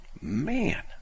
man